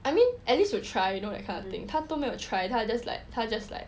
I mean at least you try you know that kind of thing 他都没有 try 他 just like 他 just like